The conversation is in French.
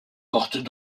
portent